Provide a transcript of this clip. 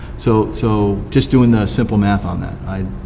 so so just doing the simple math on that.